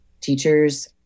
teachers